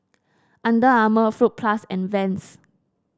Under Armour Fruit Plus and Vans